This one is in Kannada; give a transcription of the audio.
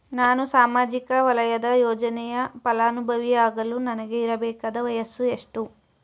ನಾನು ಸಾಮಾಜಿಕ ವಲಯದ ಯೋಜನೆಯ ಫಲಾನುಭವಿ ಯಾಗಲು ನನಗೆ ಇರಬೇಕಾದ ವಯಸ್ಸು ಎಷ್ಟು?